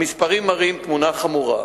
המספרים מראים תמונה חמורה,